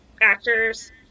actors